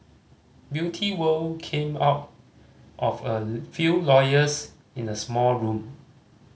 Beauty World came out of a few lawyers in the small room